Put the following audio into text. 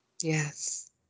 Yes